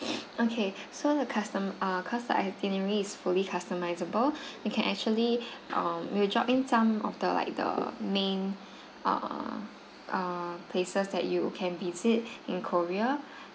okay so the custom err cause the itinerary is fully customisable you can actually err we'll drop in some of the like the main err err places that you can visit in korea